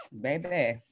baby